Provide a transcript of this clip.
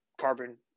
carbon